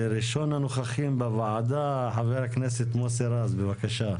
ראשון הנוכחים בוועדה, חבר הכנסת מוסי רז, בבקשה.